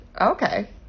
Okay